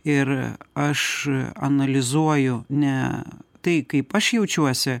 ir aš analizuoju ne tai kaip aš jaučiuosi